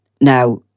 Now